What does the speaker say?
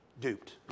duped